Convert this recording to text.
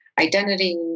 identity